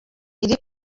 iri